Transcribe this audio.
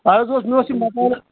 عرض اوس مےٚ اوس یہِ مَکانہٕ